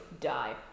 die